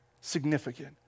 significant